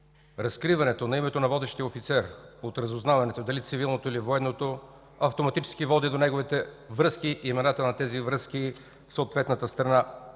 Разкриването името на водещия офицер от разузнаването – дали цивилното, или военното, автоматически води до неговите връзки и имената на тези връзки в съответната страна,